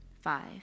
five